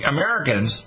Americans